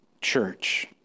church